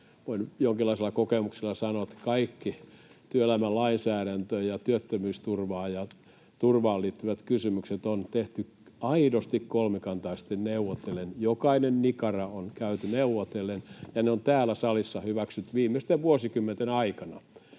voin jonkinlaisella kokemuksella sanoa, että kaikki työelämän lainsäädäntöön ja työttömyysturvaan ja muuhun turvaan liittyvät kysymykset on tehty aidosti kolmikantaisesti neuvotellen. Jokainen nikara on käyty neuvotellen, ja ne on täällä salissa hyväksytty viimeisten vuosikymmenten aikana.